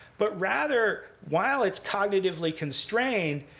but rather, while it's cognitively constrained,